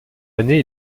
années